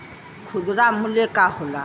खुदरा मूल्य का होला?